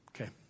Okay